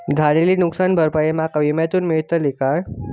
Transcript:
झालेली नुकसान भरपाई माका विम्यातून मेळतली काय?